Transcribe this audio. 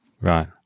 Right